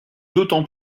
d’autant